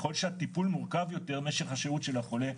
ככל שהטיפול מורכב יותר משך השהות של החולה,